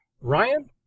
Ryan